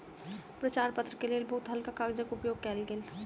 प्रचार पत्र के लेल बहुत हल्का कागजक उपयोग कयल गेल